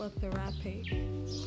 therapy